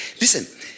Listen